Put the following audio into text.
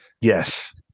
Yes